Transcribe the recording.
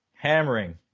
hammering